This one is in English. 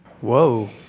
Whoa